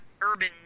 urban